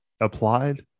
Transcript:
applied